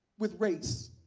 with race,